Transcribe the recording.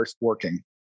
working